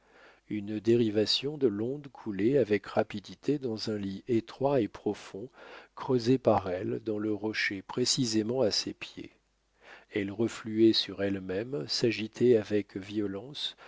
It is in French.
une dérivation de l'onde coulait avec rapidité dans un lit étroit et profond creusé par elle dans le rocher précisément à ses pieds elle refluait sur elle-même s'agitait avec violence